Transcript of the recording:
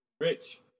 rich